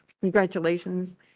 congratulations